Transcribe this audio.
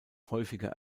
häufiger